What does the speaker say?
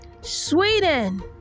sweden